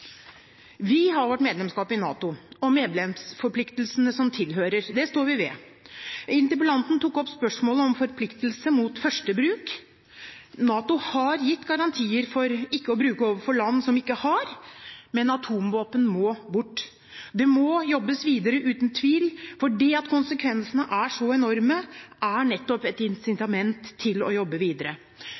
Vi har vårt medlemskap i NATO og medlemsforpliktelsene som tilhører. Det står vi ved. Interpellanten tok opp spørsmålet om forpliktelse mot førstebruk. NATO har gitt garantier for ikke å bruke overfor land som ikke har, men atomvåpen må bort. Det må jobbes videre, uten tvil, for det at konsekvensene er så enorme, er nettopp et incitament til å jobbe videre.